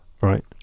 Right